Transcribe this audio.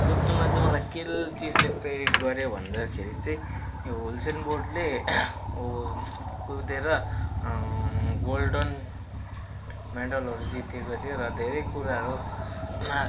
कुद्नुमा चाहिँ मलाई के चिजले प्रेरित गऱ्यो भन्दाखेरि चाहिँ यो युसेन बोल्टले कुदेर गोल्डन मेडेलहरू जितेको थियो र धेरै कुराहरूमा